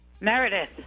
Meredith